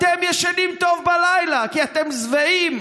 אתם ישנים טוב בלילה, כי אתם שבעים,